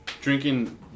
drinking